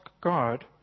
God